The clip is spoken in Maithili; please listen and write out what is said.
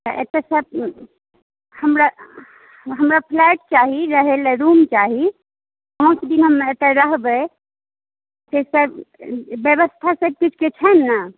तऽ एतयसँ हमरा हमरा फ्लैट चाही रहै लए रूम चाही पाँच दिन हम एतय रहबै से सभ व्यवस्था सभकिछु के छै ने